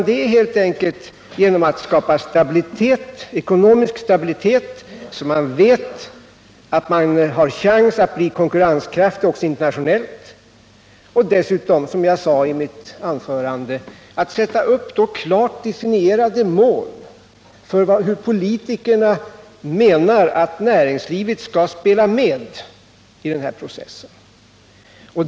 Det gör vi genom att skapa ekonomisk stabilitet, så att man vet att man har chans att bli konkurrenskraftig också internationellt. Det gör vi genom att, som jag sade i mitt anförande, sätta upp klart definierade mål för hur näringslivet enligt politikernas mening skall delta i den här processen.